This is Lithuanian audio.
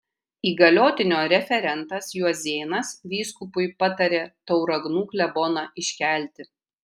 įgaliotinio referentas juozėnas vyskupui patarė tauragnų kleboną iškelti